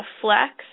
flex